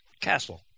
castle